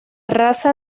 raza